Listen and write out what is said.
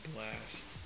Blast